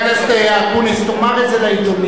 חבר הכנסת אקוניס, תאמר את זה לעיתונים.